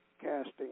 casting